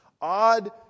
Odd